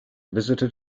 visited